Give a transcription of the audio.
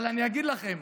אבל אני אגיד לכם,